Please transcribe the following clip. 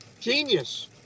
Genius